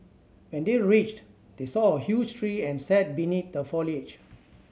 when they reached they saw a huge tree and sat beneath the foliage